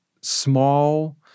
small